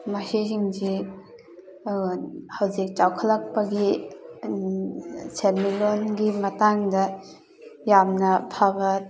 ꯃꯁꯤꯁꯤꯡꯁꯤ ꯍꯧꯖꯤꯛ ꯆꯥꯎꯈꯠꯂꯛꯄꯒꯤ ꯁꯦꯟꯃꯤꯠꯂꯣꯟꯒꯤ ꯃꯇꯥꯡꯗ ꯌꯥꯝꯅ ꯐꯕ